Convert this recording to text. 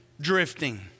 drifting